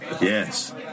Yes